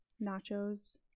nachos